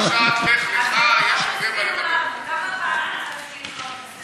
בפרשת לך לך יש הרבה מה לדבר.